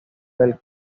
del